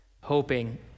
hoping